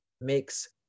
makes